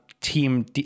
team